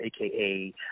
AKA